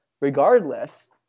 regardless